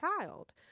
child